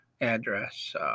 address